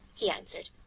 he answered.